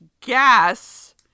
gas